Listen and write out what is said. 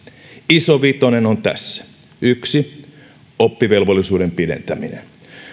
iso vitonen on tässä yksi oppivelvollisuuden pidentäminen